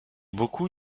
beaucoup